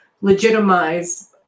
legitimize